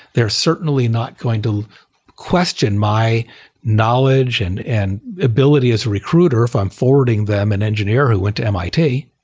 they're certainly not going to question my knowledge and and ability as a recruiter if i'm forwarding them an engineer who went to mit,